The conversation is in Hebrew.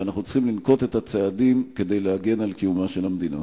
ואנחנו צריכים לנקוט את הצעדים כדי להגן על קיומה של המדינה.